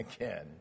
again